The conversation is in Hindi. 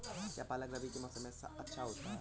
क्या पालक रबी के मौसम में सबसे अच्छा आता है?